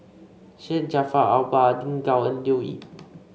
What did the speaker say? Syed Jaafar Albar Lin Gao and Leo Yip